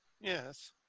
Yes